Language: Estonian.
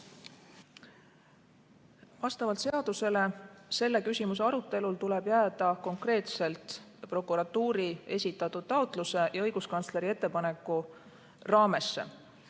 Vastavalt seadusele tuleb selle küsimuse arutelul jääda konkreetselt prokuratuuri esitatud taotluse ja õiguskantsleri ettepaneku raamesse.